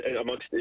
amongst